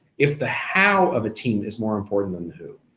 if the how of a team is more important than the who.